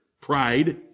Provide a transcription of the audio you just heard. Pride